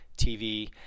TV